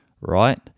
right